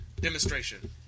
demonstration